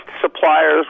suppliers